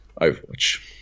Overwatch